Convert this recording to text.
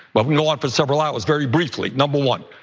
but we don't want for several hours very briefly. number one,